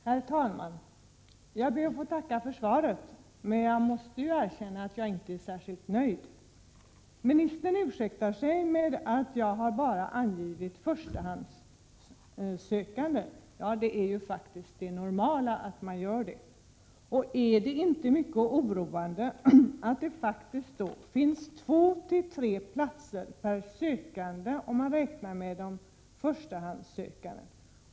Herr talman! Jag ber att få tacka för svaret. Men jag måste erkänna att jag inte är särskilt nöjd. Ministern ursäktar sig med att jag i min fråga bara har angivit antalet förstahandssökande. Det är faktiskt det normala. Är det inte mycket oroande att det finns två tre platser per sökande, om man utgår från de förstahandssökande?